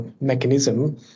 mechanism